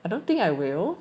I don't think I will